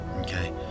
Okay